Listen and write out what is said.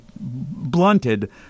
blunted